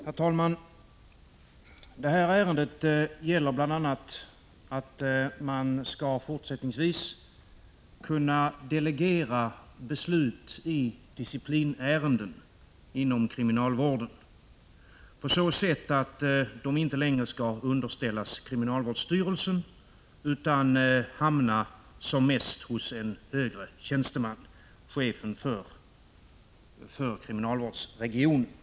Herr talman! Det här ärendet gäller bl.a. frågan om beslut i disciplinärenden inom kriminalvården fortsättningsvis skall kunna delegeras på sådant sätt att de inte längre underställs kriminalvårdsstyrelsen utan i bästa fall handläggs av en högre tjänsteman, chefen för kriminalvårdsregionen. Från Prot.